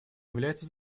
является